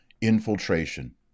infiltration